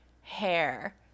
hair